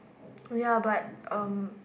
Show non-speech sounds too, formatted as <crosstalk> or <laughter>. <noise> ya but um